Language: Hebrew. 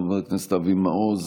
חבר הכנסת אבי מעוז,